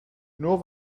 nur